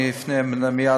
אני אפנה מייד,